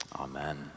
Amen